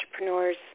entrepreneurs